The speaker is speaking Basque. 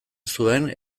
zuen